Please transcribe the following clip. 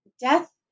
Death